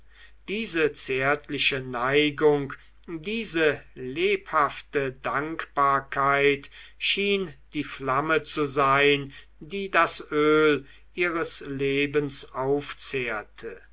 diese zärtliche neigung diese lebhafte dankbarkeit schien die flamme zu sein die das öl ihres lebens aufzehrte